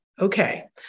okay